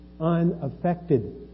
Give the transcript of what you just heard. unaffected